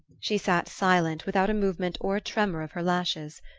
she sat silent, without a movement or a tremor of her lashes.